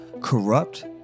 corrupt